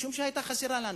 משום שהיא היתה חסרה לנו,